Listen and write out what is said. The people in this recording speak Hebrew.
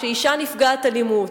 אשה נפגעת אלימות,